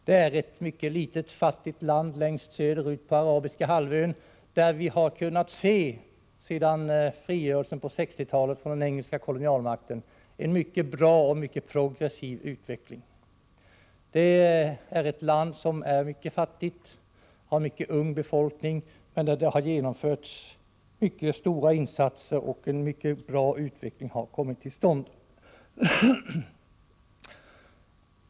Det är ett mycket litet och fattigt land längst söder ut på Arabiska halvön, men vi har där efter frigörelsen på 1960-talet från den engelska kolonialmakten kunnat se en mycket god och progressiv utveckling. Landet är mycket fattigt och har en mycket ung befolkning, men där har gjorts mycket stora insatser och en mycket lovande utveckling har kommit till stånd.